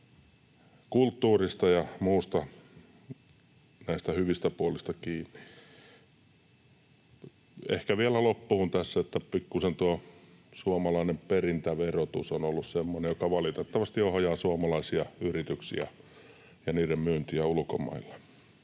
kulttuurista ja muusta, näistä hyvistä puolista, kiinni. Ehkä tässä vielä loppuun se, että pikkuisen tuo suomalainen perintöverotus on ollut semmoinen, mikä valitettavasti ohjaa suomalaisia yrityksiä ja niiden myyntiä ulkomaille.